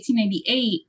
1898